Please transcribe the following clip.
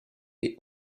est